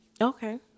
Okay